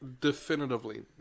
definitively